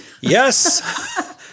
Yes